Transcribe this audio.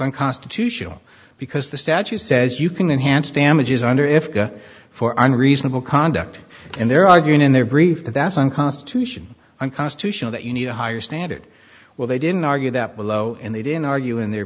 unconstitutional because the statute says you can enhance damages under if for on reasonable conduct and they're arguing in their brief that's on constitution unconstitutional that you need a higher standard well they didn't argue that below and they didn't argue in their